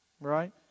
right